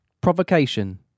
provocation